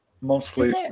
Mostly